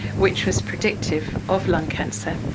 which was predictive of lung cancer,